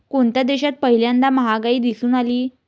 कोणत्या देशात पहिल्यांदा महागाई दिसून आली?